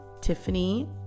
tiffany